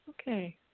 Okay